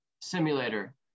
simulator